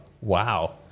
Wow